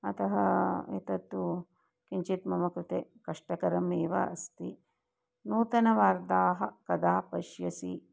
अतः एतत्तु किञ्चित् मम कृते कष्टकरम् एव अस्ति नूतनवार्ताः कदा पश्यसि